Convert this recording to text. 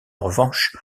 revanche